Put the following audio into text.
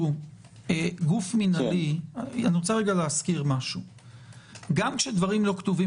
אני רוצה להזכיר שגם כשדברים לא כתובים